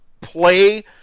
play